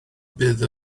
bydd